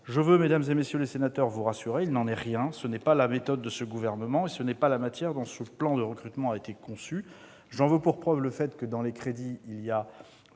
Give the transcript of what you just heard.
Je veux, mesdames, messieurs les sénateurs, vous rassurer : il n'en est rien. Ce n'est pas la méthode de ce gouvernement et ce n'est pas la manière dont ce plan de recrutement a été conçu. J'en veux pour preuve le fait qu'il y a, dans ces crédits, deux